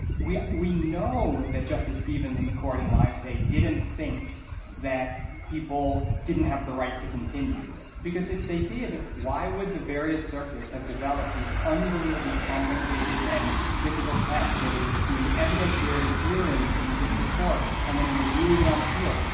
we we know that justice stevens and the court in livesay didn't think that people didn't have the right to continue, because if they did, why would the various circuits have developed these unbelievably complicated and difficult tests where they were doing evidentiary hearings in the district court and then reviewing it on appeal?